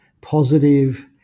positive